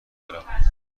دارم